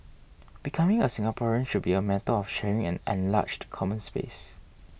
becoming a Singaporean should be a matter of sharing an enlarged common space